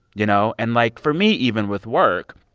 you know? and, like, for me even with work,